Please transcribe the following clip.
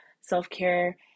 self-care